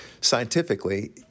scientifically